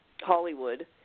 Hollywood